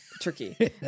tricky